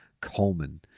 coleman